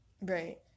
right